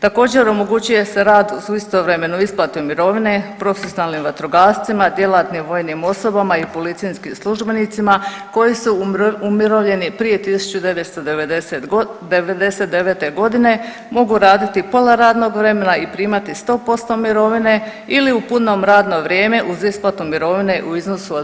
Također omogućuje se rad uz istovremenu isplatu mirovine profesionalnim vatrogascima, djelatnim vojnim osobama i policijskim službenicima koji su umirovljeni prije 1999. godine, mogu raditi pola radnog vremena i primati sto posto mirovine ili u puno radno vrijeme uz isplatu mirovine u iznosu od 50%